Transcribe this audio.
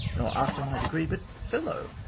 nor after my degree, but fellow.